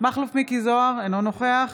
מכלוף מיקי זוהר, אינו נוכח